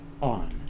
on